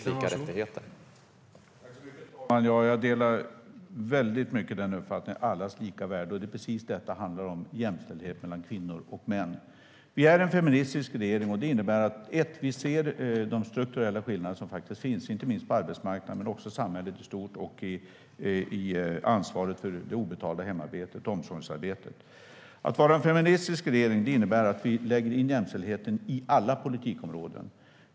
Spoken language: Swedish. Herr talman! Jag delar verkligen uppfattningen om allas lika värde, och det är precis det jämställdhet mellan kvinnor och män handlar om. Vi är en feministisk regering. Det innebär att vi ser de strukturella skillnader som faktiskt finns, inte minst på arbetsmarknaden men även i samhället i stort och när det gäller ansvaret för det obetalda hemarbetet och omsorgsarbetet. Att vara en feministisk regering innebär att vi lägger in jämställdheten i alla politikområden.